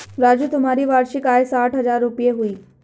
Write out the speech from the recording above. राजू तुम्हारी वार्षिक आय साठ हज़ार रूपय हुई